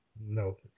no